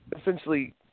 essentially